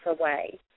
away